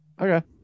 Okay